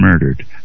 murdered